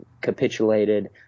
capitulated